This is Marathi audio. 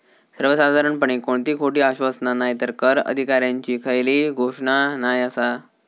सर्वसाधारणपणे कोणती खोटी आश्वासना नायतर कर अधिकाऱ्यांची खयली घोषणा नाय आसा